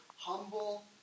Humble